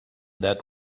that